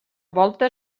volta